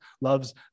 loves